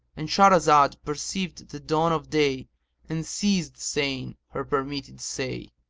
and shahrazad perceived the dawn of day and ceased saying her permitted say.